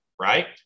right